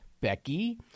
Becky